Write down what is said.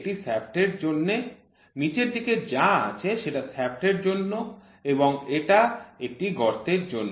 এটি একটি শ্যাফ্টের জন্যে নিচের দিকে যা আছে সেটা শ্যাফ্টের জন্য এবং এটা একটি গর্তের জন্য